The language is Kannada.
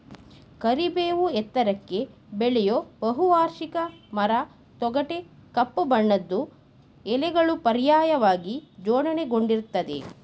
ಕರಿಬೇವು ಎತ್ತರಕ್ಕೆ ಬೆಳೆಯೋ ಬಹುವಾರ್ಷಿಕ ಮರ ತೊಗಟೆ ಕಪ್ಪು ಬಣ್ಣದ್ದು ಎಲೆಗಳು ಪರ್ಯಾಯವಾಗಿ ಜೋಡಣೆಗೊಂಡಿರ್ತದೆ